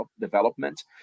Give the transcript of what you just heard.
Development